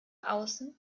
außen